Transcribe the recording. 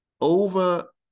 over